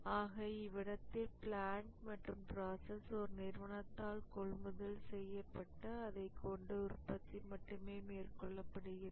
ஆக இவ்விடத்தில் பிளான்ட் மற்றும் ப்ராசஸ் ஒரு நிறுவனத்தால் கொள்முதல் செய்யப்பட்டு அதைக்கொண்டு உற்பத்தி மட்டும் மேற்கொள்ளப்படுகிறது